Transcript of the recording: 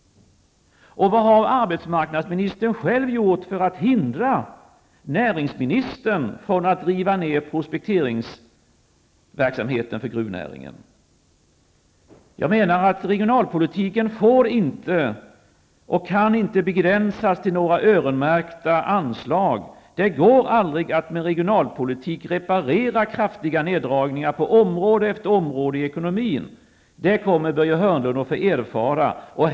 Vad har arbetsmarknadsministern själv gjort för att hindra näringsministern från att riva ned prospekteringsverksamheten inom gruvnäringen? Jag menar att regionalpolitiken inte får och inte kan begränsas till några öronmärkta anslag. Det går aldrig att med regionalpolitik reparera kraftiga neddragningar på område efter område i ekonomin. Det kommer Börje Hörnlund att få erfara.